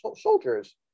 soldiers